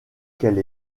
qu’elle